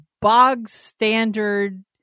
bog-standard